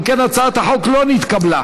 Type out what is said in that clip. אם כן, הצעת החוק לא נתקבלה.